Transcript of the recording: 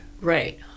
Right